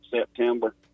September